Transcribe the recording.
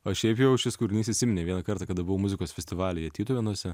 o šiaip jau šis kūrinys įsiminė vieną kartą kada buvau muzikos festivalyje tytuvėnuose